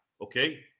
Okay